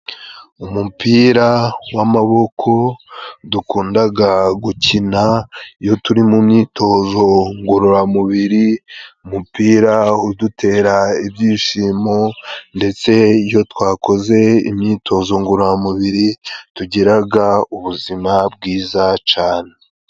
Umupira w'amaboko dukundaga gukina iyo turi mu myitozo ngororamubiri, umupira udutera ibyishimo ndetse iyo twakoze imyitozo ngororamubiri tugiraga ubuzima bwiza cane.